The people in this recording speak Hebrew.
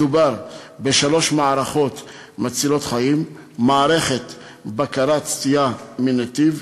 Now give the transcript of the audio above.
מדובר בשלוש מערכות מצילות חיים: מערכת בקרת סטייה מנתיב,